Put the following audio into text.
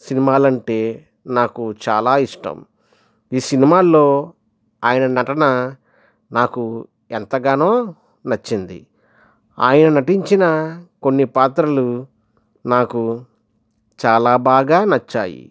సినిమాలు అంటే నాకు చాలా ఇష్టం ఈ సినిమాల్లో ఆయన నటన నాకు ఎంతగానో నచ్చింది ఆయన నటించిన కొన్ని పాత్రలు నాకు చాలా బాగా నచ్చాయి